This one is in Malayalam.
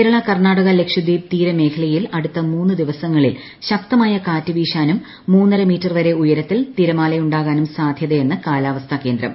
കേരള കർണാടക ലക്ഷദ്വീപ് തീര മേഖലയിൽ അടുത്ത മൂന്ന് ദിവസങ്ങളിൽ ശക്തമായ കാറ്റ് വീശാനും മൂന്നര മീറ്റർ വരെ ഉയരത്തിൽ തിരമാലയുണ്ടാകാനും സാധൃതയെന്ന് കാലാവസ്ഥാ കേന്ദ്രം